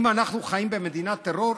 אם אנחנו חיים במדינת טרור,